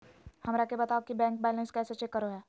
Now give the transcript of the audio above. हमरा के बताओ कि बैंक बैलेंस कैसे चेक करो है?